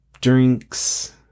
drinks